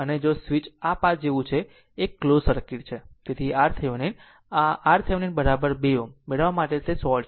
તેથી circuit path આ જેવું છે કે આ એક ક્લોઝ સર્કિટ છે તેથી RThevenin આ RThevenin 2 Ω મેળવવા માટે શોર્ટ છે